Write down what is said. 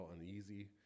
uneasy